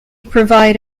provide